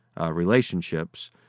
relationships